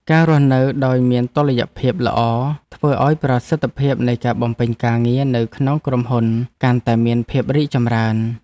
ការរស់នៅដោយមានតុល្យភាពល្អ ធ្វើឱ្យប្រសិទ្ធភាពនៃការបំពេញការងារនៅក្នុងក្រុមហ៊ុនកាន់តែមានភាពរីកចម្រើន។